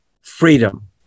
freedom